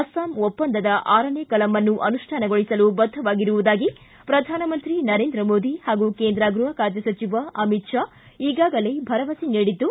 ಅಸ್ಲಾಂ ಒಪ್ಪಂದದ ಆರನೇ ಕಲಂನ್ನು ಅನುಷ್ಠಾನಗೊಳಿಸಲು ಬದ್ದವಾಗಿರುವುದಾಗಿ ಪ್ರಧಾನಮಂತ್ರಿ ನರೇಂದ್ರ ಮೋದಿ ಹಾಗೂ ಕೇಂದ್ರ ಗೃಹ ಖಾತೆ ಸಚಿವ ಅಮಿತ್ ಷಾ ಈಗಾಗಲೇ ಭರವಸೆ ನೀಡಿದ್ದು